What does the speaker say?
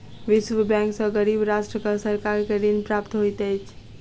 विश्व बैंक सॅ गरीब राष्ट्रक सरकार के ऋण प्राप्त होइत अछि